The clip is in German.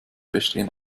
bestehen